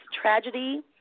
Tragedy